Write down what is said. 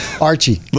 Archie